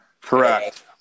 correct